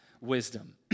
wisdom